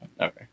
Okay